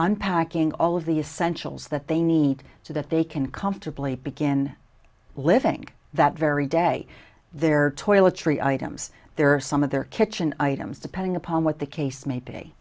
unpacking all of the essentials that they need so that they can comfortably begin living that very day they're toiletry items there are some of their kitchen items depending upon what the case may be